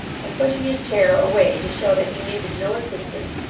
and pushing his chair away to show that he needed no assistance,